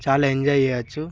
చాలా ఎంజాయ్ చేయవచ్చు